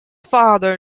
father